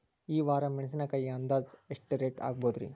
ಈ ವಾರ ಮೆಣಸಿನಕಾಯಿ ಅಂದಾಜ್ ಎಷ್ಟ ರೇಟ್ ಆಗಬಹುದ್ರೇ?